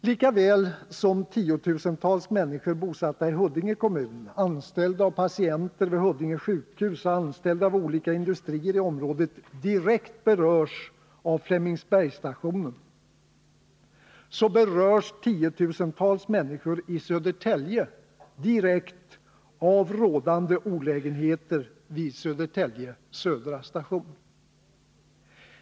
Lika väl som tiotusentals människor bosatta i Huddinge kommun, anställda och patienter vid Huddinge sjukhus och anställda vid olika industrier i området direkt berörs av Flemingsbergsstatioren, berörs tiotusentals människor i Södertälje direkt av rådande olägenheter vid Södertälje södra station.